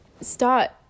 start